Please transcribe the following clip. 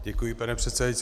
Děkuji pane předsedající.